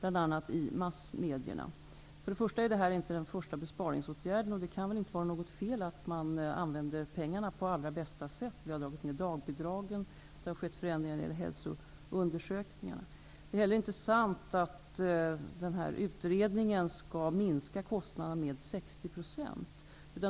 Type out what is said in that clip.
bl.a. i massmedierna. Detta är inte den första besparingsåtgärden, och det kan väl inte vara något fel att man använder pengarna på allra bästa sätt. Vi har dragit ner dagbidragen och det har skett förändringar när det gäller hälsoundersökningarna. Det är inte heller sant att utredningen skall minska kostnaderna med 60 %.